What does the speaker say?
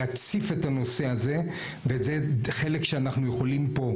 להציף את הנושא הזה וזה חלק שאנחנו יכולים פה,